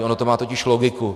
Ono to má totiž logiku.